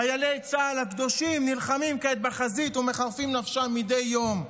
חיילי צה"ל הקדושים נלחמים כעת בחזית ומחרפים נפשם מדי יום,